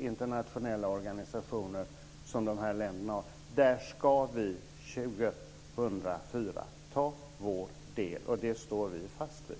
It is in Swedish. internationella organisationer som de här länderna har. Det står vi fast vid.